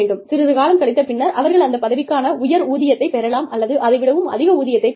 சிறிது காலம் கழிந்த பின்னர் அவர்கள் அந்த பதவிக்கான உயர் ஊதியத்தைப் பெறலாம் அல்லது அதை விடவும் அதிக ஊதியத்தைப் பெறலாம்